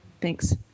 Thanks